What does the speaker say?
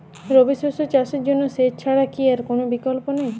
রবি শস্য চাষের জন্য সেচ ছাড়া কি আর কোন বিকল্প নেই?